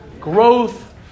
Growth